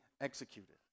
executed